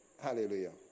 Hallelujah